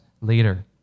later